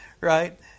right